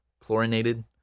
chlorinated